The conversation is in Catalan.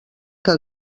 que